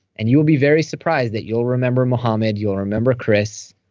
and you will be very surprised that you'll remember mohammad, you'll remember chris,